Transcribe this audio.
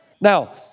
Now